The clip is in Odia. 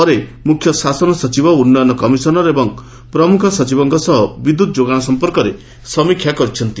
ପରେ ମୁଖ୍ୟଶାସନ ସଚିବ ଉନ୍ୟନ କମିଶନର ଏବଂ ପ୍ରମୁଖ ସଚିବଙ୍କ ସହ ବିଦ୍ୟୁତ୍ ଯୋଗାଣ ସଂପର୍କରେ ସମୀକ୍ଷା କରିଛନ୍ତି